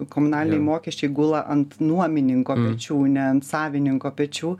komunaliniai mokesčiai gula ant nuomininko pečių ne ant savininko pečių